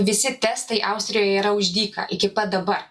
visi testai austrijoje yra už dyką iki pat dabar